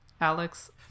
Alex